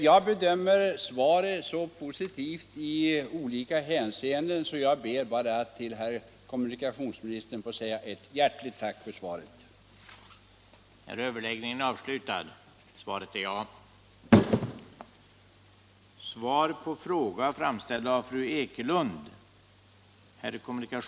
Jag bedömer svaret på min fråga så positivt i olika hänseenden, att jag endast ber att till herr kommunikationsministern få säga ett hjärtligt tack för det.